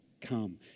come